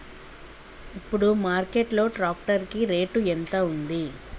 ఇప్పుడు మార్కెట్ లో ట్రాక్టర్ కి రేటు ఎంత ఉంది?